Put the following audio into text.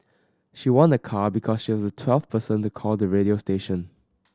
she won a car because she was the twelve person to call the radio station